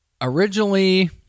Originally